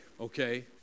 okay